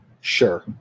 Sure